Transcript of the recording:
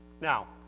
Now